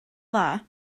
dda